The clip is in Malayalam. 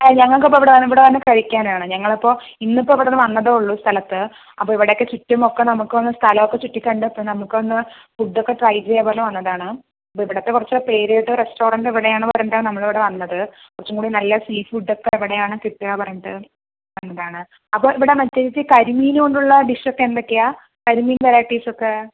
ഞങ്ങൾക്കിപ്പോ ഇവിടെ ഇവിടെ വന്ന് കഴിക്കാനാണ് ഞങ്ങളപ്പോൾ ഇന്നിപ്പോൾ ഇവിടെ വന്നതേ ഉള്ളൂ സ്ഥലത്ത് അപ്പൊ ഇവടെയൊക്കെ ചുറ്റും ഒക്കെ നമുക്കൊന്ന് സ്ഥലമൊക്കെ ചുറ്റിക്കണ്ട് അപ്പൊ നമുക്കൊന്ന് ഫുഡൊക്കെ ട്രൈ ചെയ്യാമെന്ന് പറഞ്ഞ് വന്നതാണ് അപ്പൊ ഇവിടത്തെ കുറച്ചു പെരുകേട്ട റെസ്റ്റോറന്റ് ഇവിടെയാണെന്ന് പറഞ്ഞിട്ടാണ് നമ്മളിവിടെ വന്നത് കുറച്ചും കൂടി നല്ല സീ ഫുഡൊക്കെ ഇവിടെയാണ് കിട്ടുക പറഞ്ഞിട്ട് വന്നതാണ് അപ്പൊ ഇവിടെ മറ്റേ ചേച്ചീ കരിമീൻ കൊണ്ടുള്ള ഡിഷൊക്കെ എന്തൊക്കെയാ കരിമീൻ വെറൈറ്റീസൊക്കെ